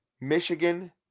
Michigan